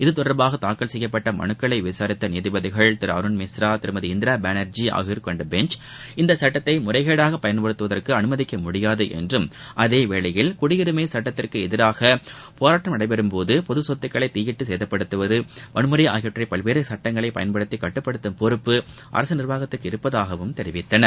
இது தொடரபாக தாக்கல் செய்யப்பட்ட மனுக்களை விசாரித்த நீதிபதிகள் திரு அருண்மிஸ்ரா திருமதி இந்திரா பானர்ஜி ஆகியோர் கொண்ட பெஞ்ச் இந்த சட்டத்தை முறைகேடாக பயன்படுத்துவதற்கு அனுமதிக்க முடியாது என்றும் அதே வேலையில் குடியிரிமை சுட்டத்திற்கு எதிராக போராட்டம் நடைபெறும்போது பொதுச் சொத்துக்களை தீயிட்டு சேதப்படுத்துவது வன்முறை ஆகியவற்றை பல்வேறு சட்டங்களை பயன்படுத்தி கட்டுப்படுத்தும் பொறுப்பு அரசு நிர்வாகத்திற்கு உள்ளதாகவும் தெரிவித்தனர்